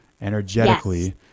energetically